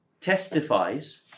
testifies